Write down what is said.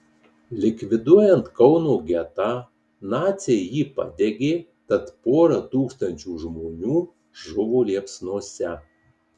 likviduojant kauno getą naciai jį padegė tad pora tūkstančių žmonių žuvo liepsnose